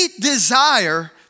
desire